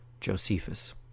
Josephus